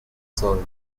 sold